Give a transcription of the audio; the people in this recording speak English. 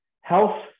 health